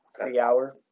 three-hour